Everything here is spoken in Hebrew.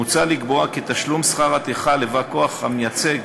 מוצע לקבוע כי תשלום שכר הטרחה לבא-כוח המייצג